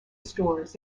stores